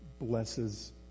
blesses